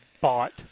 bought